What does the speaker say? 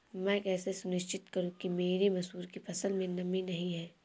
मैं कैसे सुनिश्चित करूँ कि मेरी मसूर की फसल में नमी नहीं है?